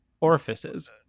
orifices